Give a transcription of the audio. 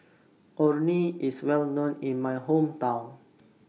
Orh Nee IS Well known in My Hometown